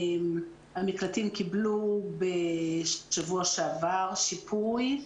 המקלטים קיבלו בשבוע שעבר שיפוי,